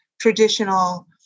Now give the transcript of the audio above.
traditional